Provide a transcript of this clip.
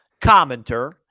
commenter